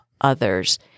others